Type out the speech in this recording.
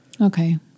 okay